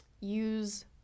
use